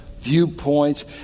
viewpoints